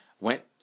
Went